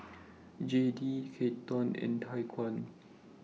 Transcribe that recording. Jayde Keaton and Tyquan